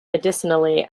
medicinally